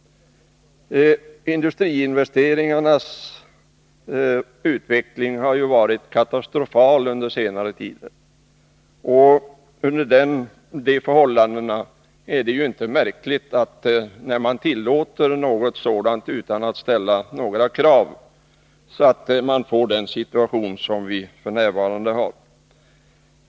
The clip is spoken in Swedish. Industriinvesteringarnas utveckling har under senare tid varit katastrofal. När regeringen tillåter att detta sker utan att ställa några krav, är det inte märkligt att man får den situation som vi f. n. har.